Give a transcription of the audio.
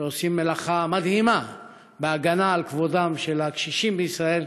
שעושים מלאכה מדהימה בהגנה על כבודם של הקשישים בישראל,